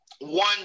one